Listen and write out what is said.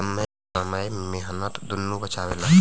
समय मेहनत दुन्नो बचावेला